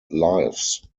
lives